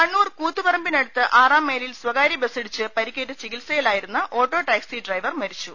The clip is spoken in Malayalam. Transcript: കണ്ണൂർ കൂത്തുപറമ്പിനടുത്ത് ആറാം മൈലിൽ സ്വകാര്യ ബസ്സിടിച്ച് പരിക്കേറ്റ് ചികിത്സയിലായിരുന്ന ഓട്ടോ ടാക്സി ഡ്രൈവർ മരിച്ചു